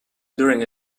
during